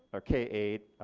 ah k eight,